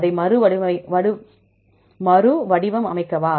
அதை மறுவடிவமைக்கவா